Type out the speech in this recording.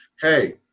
Hey